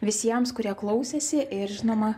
visiems kurie klausėsi ir žinoma